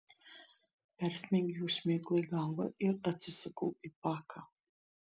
persmeigiau šmėklai galvą ir atsisukau į paką